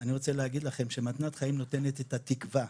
אני רוצה להגיד לכם שמתנת חיים נותנת את התקווה.